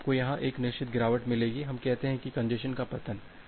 तो आपको यहां एक निश्चित गिरावट मिलेगी हम कहते हैं कि कंजेस्शन का पतन